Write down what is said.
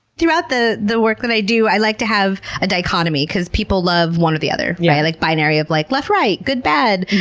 throughout the the work that i do, i like to have a dichotomy because people love one or the other, a yeah like binary of like left right, good bad,